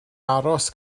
aros